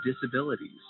disabilities